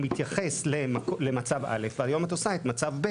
מתייחס למצב א׳ והיום את עושה את מצב ב׳,